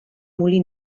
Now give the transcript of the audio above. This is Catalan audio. molí